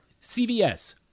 CVS